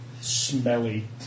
smelly